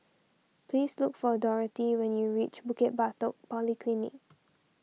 please look for Dorthey when you reach Bukit Batok Polyclinic